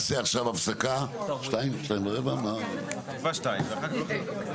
אני יודע רק דבר אחד: שאם אני לא אלך עם חקיקה לא יהיה כלום.